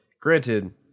granted